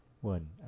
One